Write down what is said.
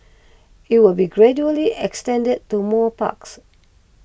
it will be gradually extended to more parks